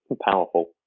powerful